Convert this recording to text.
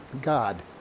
God